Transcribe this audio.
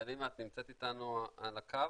סלימה, את נמצאת איתנו על הקו?